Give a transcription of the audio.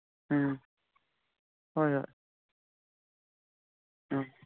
ꯎꯝ ꯍꯣꯏ ꯍꯣꯏ ꯎꯝ